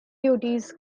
duties